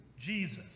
Jesus